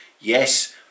Yes